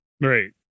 Right